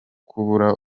kubura